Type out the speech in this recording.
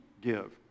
give